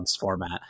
format